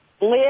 live